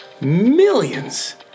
millions